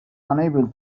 unable